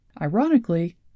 Ironically